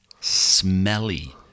smelly